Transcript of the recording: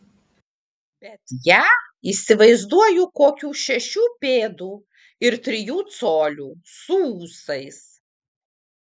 bet ją įsivaizduoju kokių šešių pėdų ir trijų colių su ūsais